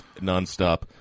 nonstop